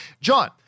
John